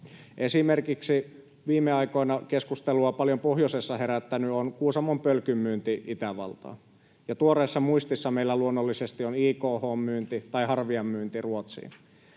Esimerkiksi viime aikoina keskustelua pohjoisessa paljon herättänyt on Kuusamon Pölkyn myynti Itävaltaan, ja tuoreessa muistissa meillä luonnollisesti on IKH:n myynti ja Harvian myynti Ruotsiin,